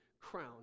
Crown